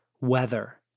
weather